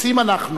רוצים אנחנו,